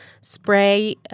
spray